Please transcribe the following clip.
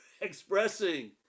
expressing